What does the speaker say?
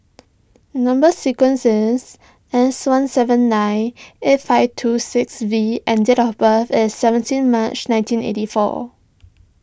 Number Sequence is S one seven nine eight five two six V and date of birth is seventeen March nineteen eighty four